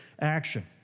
action